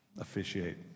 officiate